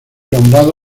nombrado